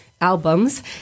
albums